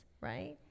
right